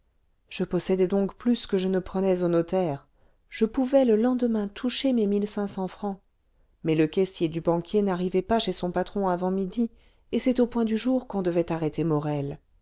je possédais donc plus que je ne prenais au notaire je pouvais le lendemain toucher mes mille cinq cents francs mais le caissier du banquier n'arrivait pas chez son patron avant midi et c'est au point du jour qu'on devait arrêter morel